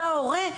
אתה ההורה,